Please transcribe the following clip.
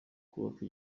kubaka